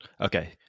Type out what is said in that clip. Okay